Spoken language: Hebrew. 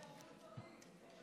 לא שומעים, סליחה.